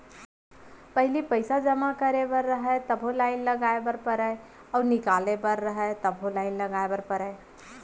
पहिली पइसा जमा करे बर रहय तभो लाइन लगाय बर परम अउ निकाले बर रहय तभो लाइन लगाय बर परय